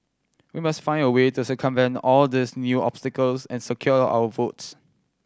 we must find a way to circumvent all these new obstacles and secure our votes